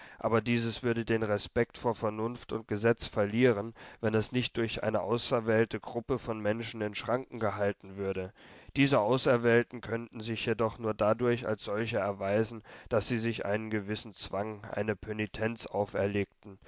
aber dieses würde den respekt vor vernunft und gesetz verlieren wenn es nicht durch eine auserwählte gruppe von menschen in schranken gehalten würde diese auserwählten könnten sich jedoch nur dadurch als solche erweisen daß sie sich einen gewissen zwang eine pönitenz auferlegten